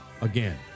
again